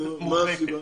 הסיבה